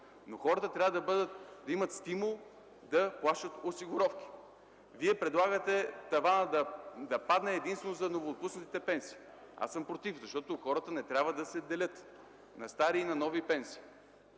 Но хората трябва да имат стимул да плащат осигуровки. Вие предлагате тавана да падне единствено за новоотпуснатите пенсии. Аз съм против, защото хората не трябва да се делят на стари и нови пенсии.